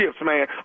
man